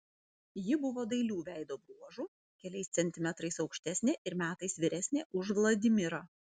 ji buvo dailių veido bruožų keliais centimetrais aukštesnė ir metais vyresnė už vladimirą